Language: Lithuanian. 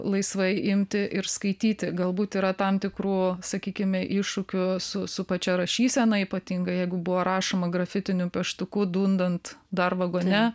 laisvai imti ir skaityti galbūt yra tam tikrų sakykime iššūkių su su pačia rašysena ypatingai jeigu buvo rašoma grafitiniu pieštuku dundant dar vagone